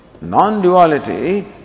non-duality